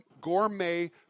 gourmet